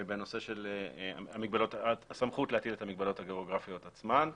ובנושא של הסמכות להתיר את המגבלות הגיאוגרפיות עצמן.